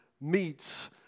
meets